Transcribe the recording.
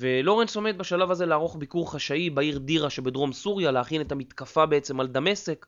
ולורנס עומד בשלב הזה לערוך ביקור חשאי בעיר דירה שבדרום סוריה להכין את המתקפה בעצם על דמשק